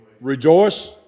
rejoice